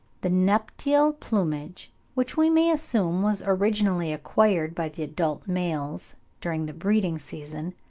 the nuptial plumage which we may assume was originally acquired by the adult males during the breeding-season,